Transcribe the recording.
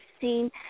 seen